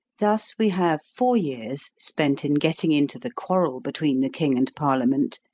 thus we have four years spent in getting into the quarrel between the king and parliament,